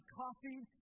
coffee